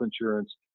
insurance